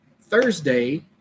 Thursday